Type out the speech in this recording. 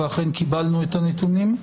ואכן קיבלנו את הנתונים.